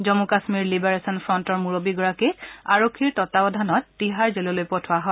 Jammu Kashmir liberation ফ্ৰণ্টৰ মূৰববীগৰাকীক আৰক্ষীৰ ততাৱধানত তিহাৰ জে'ললৈ পঠোৱা হয়